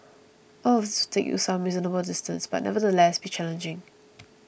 all of these will take you some reasonable distance but it will nevertheless be challenging